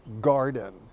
garden